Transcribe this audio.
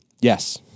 Yes